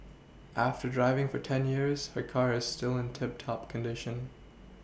after driving for ten years her car is still in tip top condition